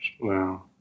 Wow